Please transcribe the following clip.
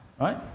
right